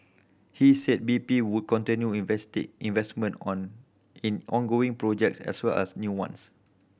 he said B P would continue invest investment on in ongoing projects as well as new ones